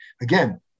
again